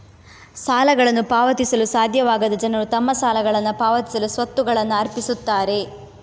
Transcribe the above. ಸಾಲಗಳನ್ನು ಪಾವತಿಸಲು ಸಾಧ್ಯವಾಗದ ಜನರು ತಮ್ಮ ಸಾಲಗಳನ್ನ ಪಾವತಿಸಲು ಸ್ವತ್ತುಗಳನ್ನ ಅರ್ಪಿಸುತ್ತಾರೆ